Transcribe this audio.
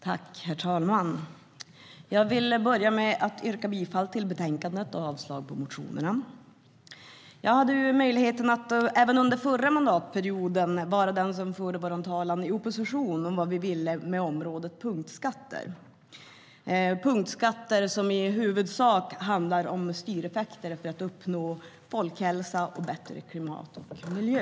Herr talman! Jag vill börja med att yrka bifall till utskottets förslag i betänkandet och avslag på motionerna. Jag hade möjlighet att under förra mandatperioden, i opposition, vara den som förde vår talan beträffande vad vi ville med området Punktskatter. Punktskatter handlar i huvudsak om styreffekter för att uppnå god folkhälsa och bättre klimat och miljö.